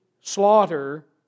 slaughter